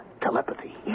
telepathy